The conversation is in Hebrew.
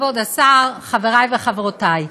כבוד השר, חברי וחברותי,